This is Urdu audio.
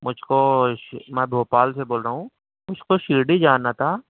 مجھ کو میں بھوپال سے بول رہا ہوں مجھ کو شرڈی جانا تھا